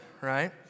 right